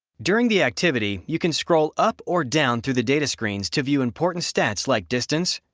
during the activity, you can scroll up or down through the data screens to view important stats like distance,